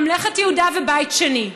ממלכת יהודה ובית שני.